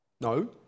No